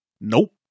nope